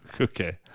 okay